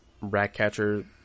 Ratcatcher